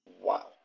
Wow